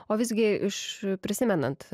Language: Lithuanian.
o visgi iš prisimenant